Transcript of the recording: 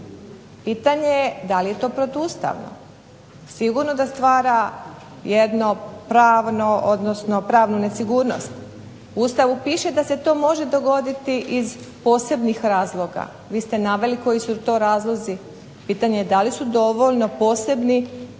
Pitanje da li je to protuustavno? Sigurno da stvara jednu pravnu nesigurnost, u Ustavu piše da se to može dogoditi iz posebnih razloga, vi ste naveli koji su to razlozi, pitanje da li su dovoljno posebni